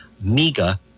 MEGA